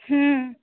हूँ